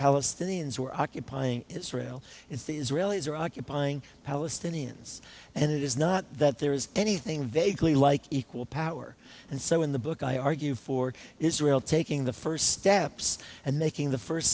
palestinians who are occupying israel it's the israelis are occupying palestinians and it is not that there's anything vaguely like equal power and so in the book i argue for israel taking the first steps and making the first